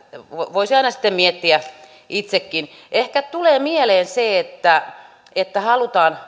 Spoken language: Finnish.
voisi aina sitten miettiä itsekin tulee mieleen että että halutaan